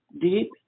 Deep